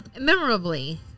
Memorably